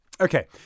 Okay